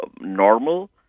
normal